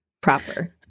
proper